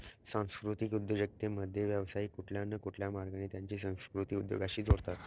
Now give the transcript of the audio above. सांस्कृतिक उद्योजकतेमध्ये, व्यावसायिक कुठल्या न कुठल्या मार्गाने त्यांची संस्कृती उद्योगाशी जोडतात